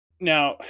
now